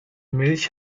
milch